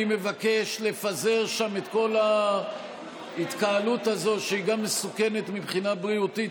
אני אוסיף לך את הזמן, כמובן.